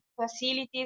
facilities